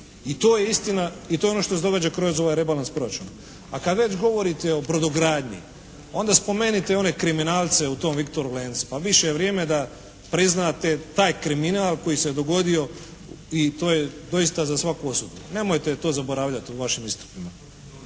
I to je istina, i to je ono što se događa kroz ovaj rebalans proračuna. A kad već govorite o brodogradnji onda spomenite one kriminalce u tom “Viktoru Lencu“. Pa više je vrijeme da priznate taj kriminal koji se dogodio i to je doista za svaku osudu. Nemojte to zaboravljati u vašim istupima.